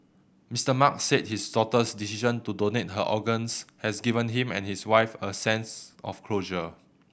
Mister Mark said his daughter's decision to donate her organs has given him and his wife a sense of closure